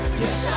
yes